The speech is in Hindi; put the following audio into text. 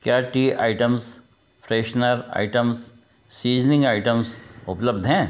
क्या tea items freshener items seasoning items उपलब्ध हैं